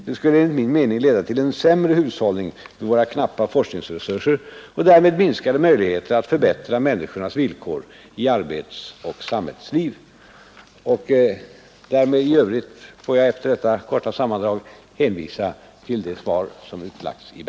Det skulle enligt min mening leda till en sämre hushållning med våra knappa forskningsresurser och därmed minskade möjligheter att förbättra människornas villkor i arbetsoch samhällsliv.